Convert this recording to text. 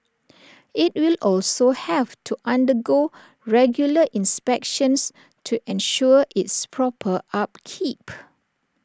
IT will also have to undergo regular inspections to ensure its proper upkeep